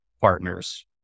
partners